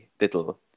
little